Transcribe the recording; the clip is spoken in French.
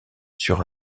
sur